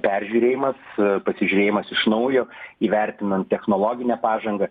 peržiūrėjimas pasižiūrėjimas iš naujo įvertinant technologinę pažangą